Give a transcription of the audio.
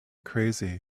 crazy